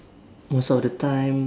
most of the time